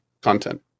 content